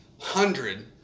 hundred